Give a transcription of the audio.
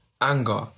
anger